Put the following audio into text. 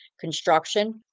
Construction